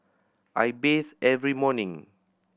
I bathe every morning